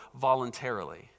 voluntarily